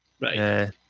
Right